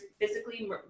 physically